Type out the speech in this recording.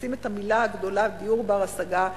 מכניסים את המלה הגדולה "דיור בר-השגה",